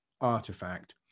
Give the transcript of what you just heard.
artifact